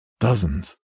Dozens